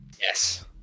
yes